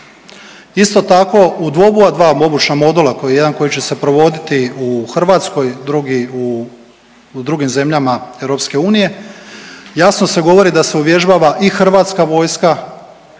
Isto tako u oba dva obučna modula broj jedan koji će se provoditi u Hrvatskoj, drugi u drugim zemljama EU jasno se govori da se uvježbava i Hrvatska vojska,